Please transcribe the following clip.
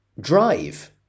drive